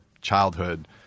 childhood